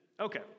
Okay